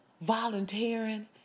volunteering